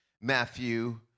Matthew